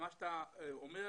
מה שאתה אומר,